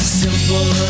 simple